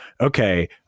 Okay